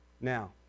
Now